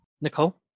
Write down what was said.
Nicole